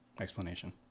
explanation